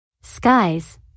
Skies